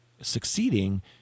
succeeding